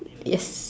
yes